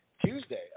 Tuesday